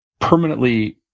permanently